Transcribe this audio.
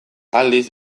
aldiz